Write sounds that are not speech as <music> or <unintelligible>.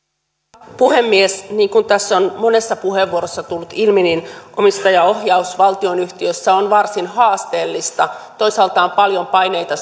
arvoisa puhemies niin kuin tässä on monessa puheenvuorossa tullut ilmi omistajaohjaus valtionyhtiössä on varsin haasteellista toisaalta on paljon paineita <unintelligible>